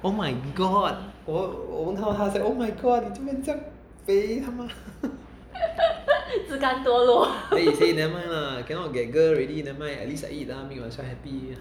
oh my god oh oh I was like how's like oh my god 你做么这样肥 then he say never mind lah cannot get girl already nevermind at least I eat another meal I also happy